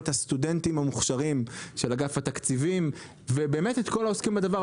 את הסטודנטים המוכשרים של אגף התקציבים ואת כל העוסקים בדבר.